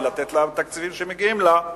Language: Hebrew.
ולתת לה תקציבים שמגיעים לה,